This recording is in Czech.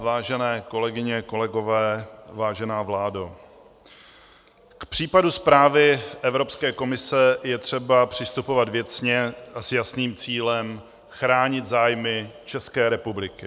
Vážené kolegyně, kolegové, vážená vládo, k případu zprávy Evropské komise je třeba přistupovat věcně a s jasným cílem chránit zájmy České republiky.